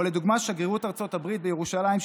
כמו שגרירות ארצות הברית בירושלים,